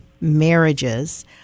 marriages